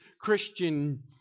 Christian